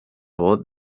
voz